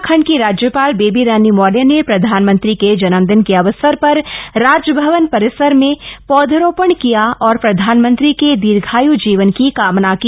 उत्तराखंड की राज्यपाल बेबी रानी मौर्य ने प्रधानमंत्री के जन्मदिन के अवसर पर राजभवन परिसर में पौधरोपण किया और प्रधानमंत्री के दीर्घाय् जीवन की कामना की